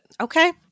Okay